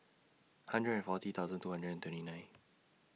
hundred and forty thousand two hundred and twenty nine